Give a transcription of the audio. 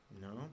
No